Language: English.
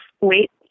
Wait